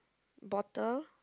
bottle